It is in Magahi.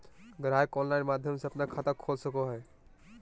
ग्राहक ऑनलाइन माध्यम से अपन खाता खोल सको हइ